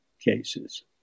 cases